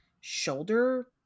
shoulder